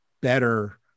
better